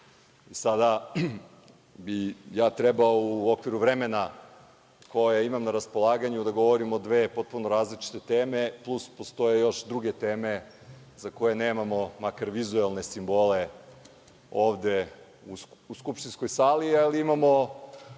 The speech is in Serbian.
Sada bi ja trebalo u okviru vremena koje imam na raspolaganju da govorim o dve potpuno različite teme, plus postoje još i druge teme za koje nemamo makar vizuelne simbole ovde u skupštinskoj sali, ali imamo